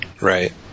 Right